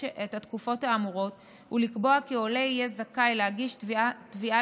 התקופות האמורות ולקבוע כי עולה יהיה זכאי להגיש תביעה